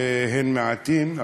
שהם מעטים.